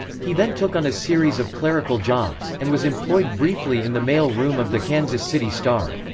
he then took on a series of clerical jobs, and was employed briefly in the mail room of the kansas city star.